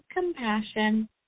compassion